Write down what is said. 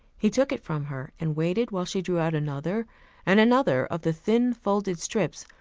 he took it from her, and waited while she drew out another and another of the thin folded slips,